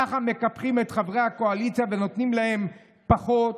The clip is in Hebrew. ככה מקפחים את חברי הקואליציה ונותנים להם פחות,